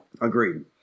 Agreed